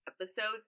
episodes